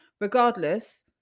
regardless